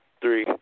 Three